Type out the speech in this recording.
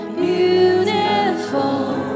beautiful